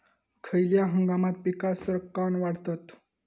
खयल्या हंगामात पीका सरक्कान वाढतत?